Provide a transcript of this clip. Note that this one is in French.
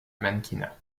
mannequinat